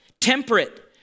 temperate